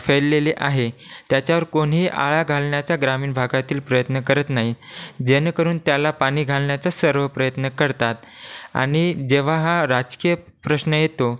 फैललेले आहे त्याच्यावर कोणीही आळा घालण्याचा ग्रामीण भागातील प्रयत्न करत नाही जेणेकरून त्याला पाणी घालण्याचा सर्व प्रयत्न करतात आणि जेव्हा हा राजकीय प्रश्न येतो